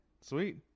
Sweet